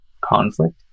Conflict